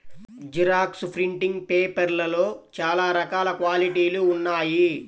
xerox printing పేపర్లలో చాలా రకాల క్వాలిటీలు ఉన్నాయి